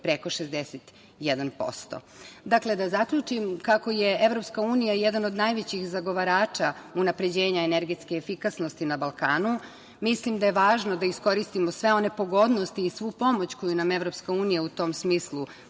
preko 61%.Dakle, da zaključim, kako je EU jedan od najvećih zagovarača unapređenja energetske efikasnosti na Balkanu, mislim da je važno da iskoristimo sve one pogodnosti i svu pomoć koju nam EU u tom smislu